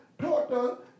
total